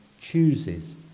chooses